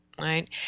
right